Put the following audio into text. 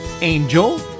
Angel